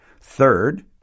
Third